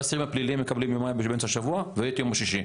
האסירים הפליליים מקבלים יומיים באמצע השבוע ואת יום שישי.